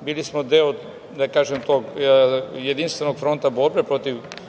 Bili smo deo, da tako kažem, tog jedinstvenog fronta borbe protiv